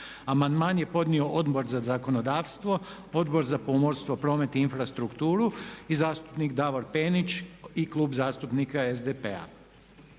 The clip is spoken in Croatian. Amandman je podnio Odbor za zakonodavstvo, Odbor za pomorstvo, promet i infrastrukturu i zastupnik Davor Penić i Klub zastupnika SDP-a.